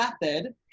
method